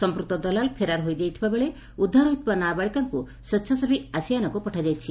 ସଂପ୍ଦକ୍ତ ଦଲାଲ ଫେରାର ହୋଇଥିବାବେଳେ ଉଦ୍ଧାର ହୋଇଥିବା ନାବାଳିକାଙ୍କୁ ସ୍ବେଛାସେବୀ ଆସିଆନାକୁ ପଠାଯାଇଛି